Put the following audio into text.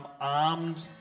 armed